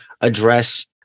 address